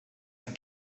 ein